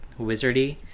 wizardy